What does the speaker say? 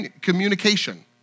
communication